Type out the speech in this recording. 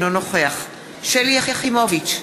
אינו נוכח שלי יחימוביץ,